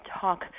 talk